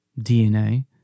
DNA